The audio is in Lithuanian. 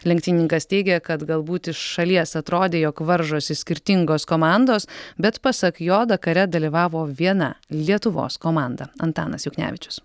lenktynininkas teigė kad galbūt iš šalies atrodė jog varžosi skirtingos komandos bet pasak jo dakare dalyvavo viena lietuvos komanda antanas juknevičius